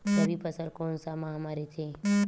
रबी फसल कोन सा माह म रथे?